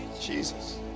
Jesus